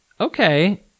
Okay